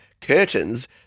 curtains